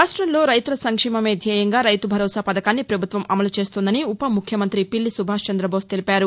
రాష్ట్రంలో రైతుల సంక్షేమమే ధ్యేయంగా రైతు భరోసా పథకాన్ని పభుత్వం అమలు చేస్తోందని ఉపముఖ్యమంతి పిల్లి సుభాష్చందబోస్ తెలిపారు